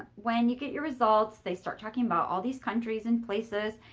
when you get your results, they start talking about all these countries and places.